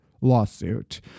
lawsuit